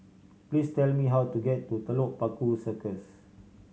please tell me how to get to Telok Paku Circus